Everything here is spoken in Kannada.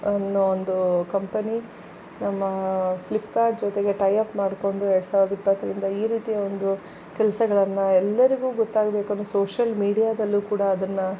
ಅನ್ನೋ ಒಂದು ಕಂಪನಿ ನಮ್ಮ ಫ್ಲಿಪ್ ಕಾರ್ಟ್ ಜೊತೆಗೆ ಟೈ ಅಪ್ ಮಾಡಿಕೊಂಡು ಎರ್ಡು ಸಾವ್ರ್ದ ಇಪ್ಪತ್ತರಿಂದ ಈ ರೀತಿಯ ಒಂದು ಕೆಲ್ಸಗಳನ್ನು ಎಲ್ಲರಿಗೂ ಗೊತ್ತಾಗಬೇಕೆಂದರೆ ಸೋಶಿಯಲ್ ಮೀಡಿಯಾದಲ್ಲೂ ಕೂಡ ಅದನ್ನು